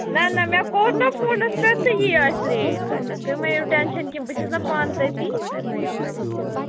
نہَ نہَ مےٚ کوٚر نا فونَس پٮ۪ٹھ تہٕ یی آسہِ ریٹ تتٮ۪تھ تُہۍ مٔہ ہیٚیِو ٹٮ۪نشَن کیٚنٛہہ بہٕ چھَس نا پانہٕ تٔتی تُہۍ مٔہ ہیٚیِو پریشٲنی